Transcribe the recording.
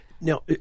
Now